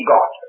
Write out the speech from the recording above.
God